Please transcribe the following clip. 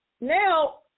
now